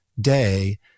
day